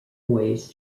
ways